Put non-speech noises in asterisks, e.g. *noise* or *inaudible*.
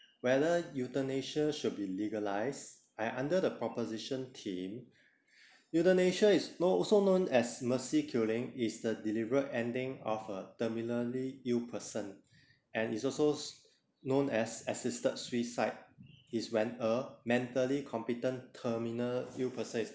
whether euthanasia should be legalized I under the proposition team *breath* euthanasia is know also known as mercy killing is the deliberate ending of a terminally ill person and it's also s~ known as assisted suicide it's when a mentally competent terminal ill person is